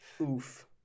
Oof